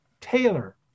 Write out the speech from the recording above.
Taylor